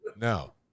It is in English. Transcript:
no